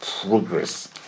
progress